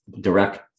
direct